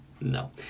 No